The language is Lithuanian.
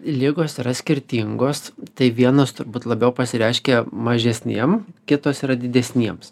ligos yra skirtingos tai vienas turbūt labiau pasireiškia mažesniem kitos yra didesniems